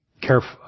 careful